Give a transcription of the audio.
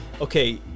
okay